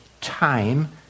time